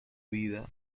vida